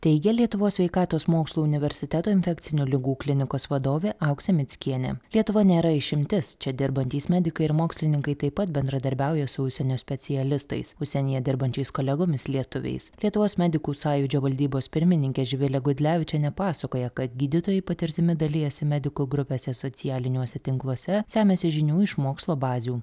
teigė lietuvos sveikatos mokslų universiteto infekcinių ligų klinikos vadovė auksė mickienė lietuva nėra išimtis čia dirbantys medikai ir mokslininkai taip pat bendradarbiauja su užsienio specialistais užsienyje dirbančiais kolegomis lietuviais lietuvos medikų sąjūdžio valdybos pirmininkė živilė gudlevičienė pasakoja kad gydytojai patirtimi dalijasi medikų grupėse socialiniuose tinkluose semiasi žinių iš mokslo bazių